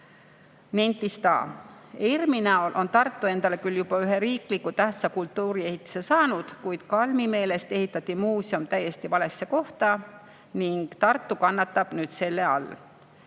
ERM‑i näol on Tartu endale küll juba ühe riiklikult tähtsa kultuuriehitise saanud, kuid Kalmi meelest ehitati muuseum täiesti valesse kohta ning Tartu kannatab nüüd selle all.